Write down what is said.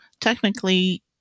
technically